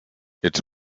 its